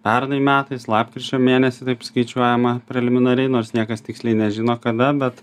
pernai metais lapkričio mėnesį taip skaičiuojama preliminariai nors niekas tiksliai nežino kada bet